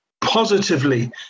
positively